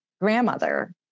grandmother